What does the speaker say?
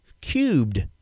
cubed